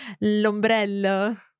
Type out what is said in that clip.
L'ombrello